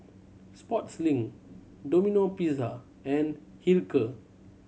Sportslink Domino Pizza and Hilker